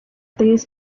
these